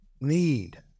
need